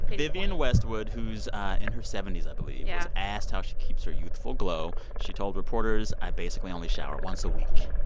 vivienne westwood, who's in her seventy s i believe. yeah. was asked how she keeps her youthful glow. she told reporters, i basically only shower once a week,